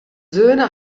söhne